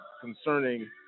concerning